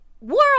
world